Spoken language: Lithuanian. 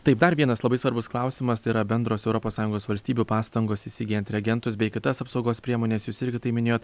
taip dar vienas labai svarbus klausimas tai yra bendros europos sąjungos valstybių pastangos įsigyjant reagentus bei kitas apsaugos priemones jūs irgi tai minėjote